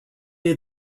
near